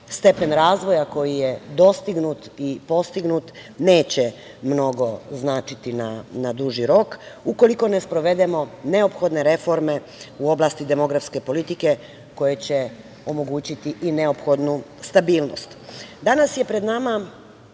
stepen razvoja koji je dostignut i postignut neće mnogo značiti na duži rok ukoliko ne sprovedemo neophodne reforme u oblasti demografske politike koje će omogućiti i neophodnu stabilnost. Danas